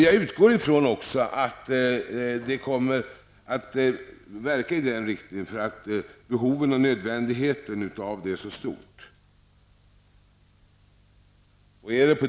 Jag utgör också ifrån att man verkligen kommer att arbeta i denna riktning, eftersom behovet är så stort.